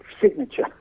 signature